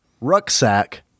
Rucksack